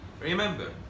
Remember